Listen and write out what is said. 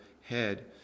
head